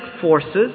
forces